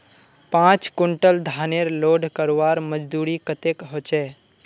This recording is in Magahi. पाँच कुंटल धानेर लोड करवार मजदूरी कतेक होचए?